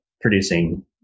producing